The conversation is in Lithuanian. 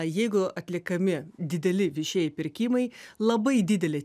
jeigu atliekami dideli viešieji pirkimai labai didelė